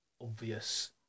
obvious